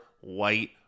white